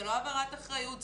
זה לא העברת האחריות,